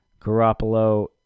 Garoppolo